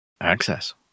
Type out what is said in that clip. Access